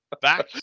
back